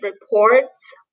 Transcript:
reports